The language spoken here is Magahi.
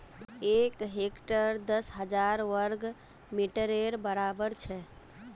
एक हेक्टर दस हजार वर्ग मिटरेर बड़ाबर छे